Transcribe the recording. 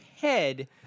head